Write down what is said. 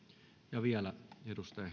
vielä edustaja